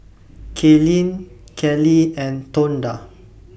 Kaylene Kelly and Tonda